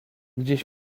gdzieś